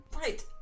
Right